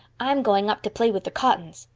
i'm going up to play with the cottons.